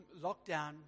lockdown